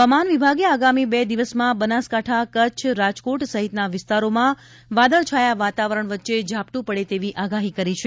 હવામાન વિભાગે આગામી બે દિવસમાં બનાસકાંઠા કચ્છ રાજકોટ સહિતના વિસ્તારોમાં વાદળછાયા વાતાવરણ વચ્ચે ઝાપટું પડે તેવી આગાહી કરી છે